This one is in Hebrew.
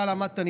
אתה למדת,